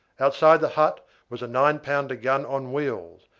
outside the hut was a nine-pounder gun on wheels,